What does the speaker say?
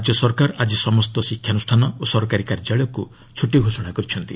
ରାଜ୍ୟ ସରକାର ଆଜି ସମସ୍ତ ଶିକ୍ଷାନୁଷ୍ଠାନ ଓ ସରକାରୀ କାର୍ଯ୍ୟାଳୟକୁ ଛୁଟି ଘୋଷଣା କରିଛନ୍ତି